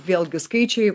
vėlgi skaičiai